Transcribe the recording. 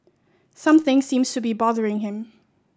something seems to be bothering him